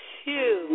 two